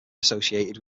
associated